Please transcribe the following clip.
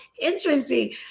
interesting